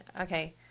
okay